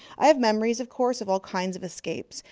i have memories, of course, of all kinds of escapes.